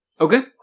Okay